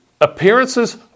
appearances